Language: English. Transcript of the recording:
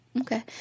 Okay